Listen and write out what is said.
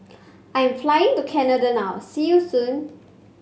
I am flying to Canada now See you soon